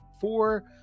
four